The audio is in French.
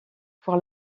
pour